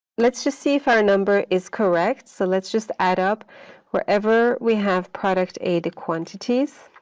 let's just see if our number is correct. so let's just add up wherever we have product a, the quantities.